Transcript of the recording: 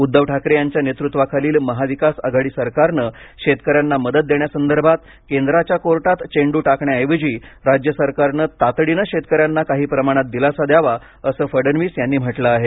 उद्धव ठाकरे यांच्या नेतृत्वाखालील महाविकास आघाडी सरकारने शेतकऱ्यांना मदत देण्यासंदर्भात केंद्राच्या कोर्टात चेंडू टाकण्याऐवजी राज्य सरकारने तातडीनं शेतकऱ्यांना काही प्रमाणात दिलासा द्यावा असं फडणवीस यांनी म्हटलं आहे